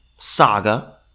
saga